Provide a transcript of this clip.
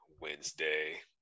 Wednesday